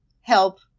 help